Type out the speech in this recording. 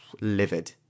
livid